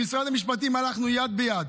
עם משרד המשפטים הלכנו יד ביד.